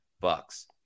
bucks